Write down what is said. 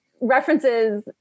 references